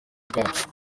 bwacu